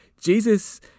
Jesus